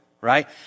right